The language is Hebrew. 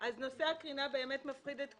נושא הקרינה באמת מפחיד את כולם.